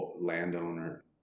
landowner